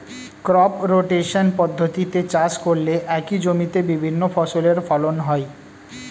crop rotation পদ্ধতিতে চাষ করলে একই জমিতে বিভিন্ন ফসলের ফলন হয়